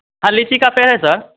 हाँ लीची का पेड़ है सर